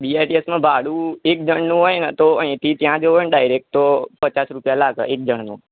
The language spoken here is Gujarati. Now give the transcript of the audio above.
બીઆરટીએસમાં ભાડું એક જણનું હોય ને તો અહીંથી ત્યાં જવું હોય ને ડાઈરરેક્ટ તો પચાસ રૂપિયા લાગ એકજણનું